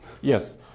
Yes